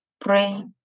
pray